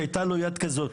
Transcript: הייתה לו יד כזאת.